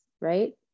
right